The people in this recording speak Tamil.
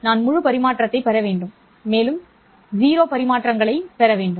நான் முழு பரிமாற்றத்தைப் பெற வேண்டும் மேலும் 0 பரிமாற்றங்களைப் பெற வேண்டும்